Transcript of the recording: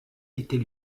était